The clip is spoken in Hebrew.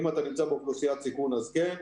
אם אתה נמצא באוכלוסיית סיכון אז כן.